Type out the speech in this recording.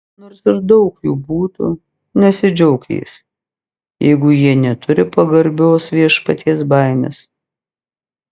nors ir daug jų būtų nesidžiauk jais jeigu jie neturi pagarbios viešpaties baimės